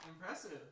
Impressive